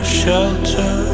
shelter